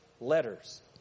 letters